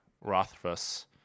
Rothfuss